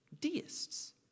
deists